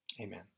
Amen